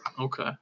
Okay